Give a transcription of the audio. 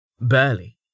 Barely